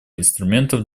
инструментов